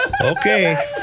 Okay